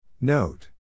Note